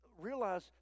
realize